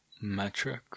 metric